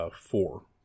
Four